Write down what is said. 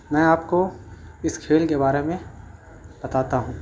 میں آپ کو اس کھیل کے بارے میں بتاتا ہوں